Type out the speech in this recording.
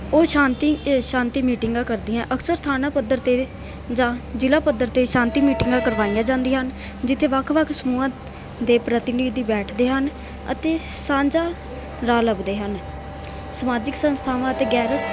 ਉਹ ਸ਼ਾਂਤੀ ਸ਼ਾਂਤੀ ਮੀਟਿੰਗਾਂ ਕਰਦੀਆਂ ਅਕਸਰ ਥਾਣਾ ਪੱਧਰ 'ਤੇ ਜਾਂ ਜ਼ਿਲ੍ਹਾ ਪੱਧਰ 'ਤੇ ਸ਼ਾਂਤੀ ਮੀਟਿੰਗਾਂ ਕਰਵਾਈਆਂ ਜਾਂਦੀਆਂ ਹਨ ਜਿੱਥੇ ਵੱਖ ਵੱਖ ਸਮੂਹਾਂ ਦੇ ਪ੍ਰਤੀਨਿਧੀ ਬੈਠਦੇ ਹਨ ਅਤੇ ਸਾਂਝਾ ਰਾਹ ਲੱਭਦੇ ਹਨ ਸਮਾਜਿਕ ਸੰਸਥਾਵਾਂ ਅਤੇ ਗੈਰ